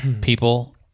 people